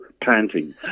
panting